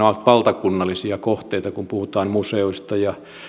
ovat valtakunnallisia kohteita kun puhutaan museoista